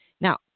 Now